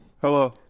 Hello